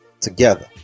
together